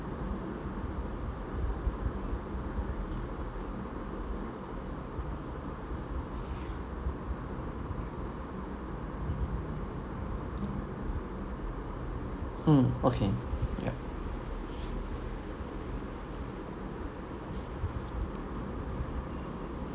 mm okay yup